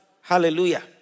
Hallelujah